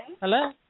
Hello